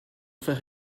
frère